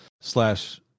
slash